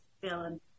feeling